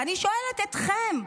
ואני שואלת אתכם,